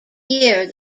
year